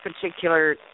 particular